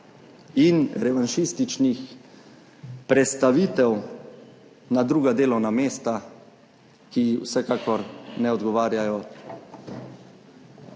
in revanšističnih prestavitev na druga delovna mesta, ki vsekakor ne odgovarjajo